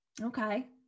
Okay